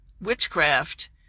witchcraft